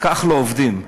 כך לא עובדים.